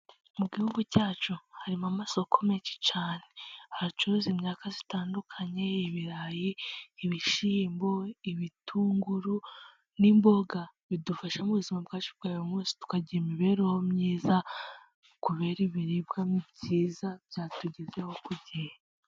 Mu gihugu cyacu harimo amasoko menshi cyane. Hacuruza imyaka itandukanye, ibirayi, ibishimbo, ibitunguru n'imboga. Bidufasha mu buzima bwacu bwa buri munsi, tukagira imibereho myiza, kubera ibiribwa byiza, byatugezaho ku gihe.